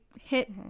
hit